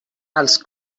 els